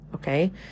Okay